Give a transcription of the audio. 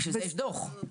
בשביל זה יש דוח.